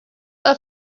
are